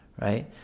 right